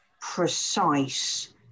precise